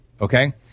Okay